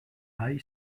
rail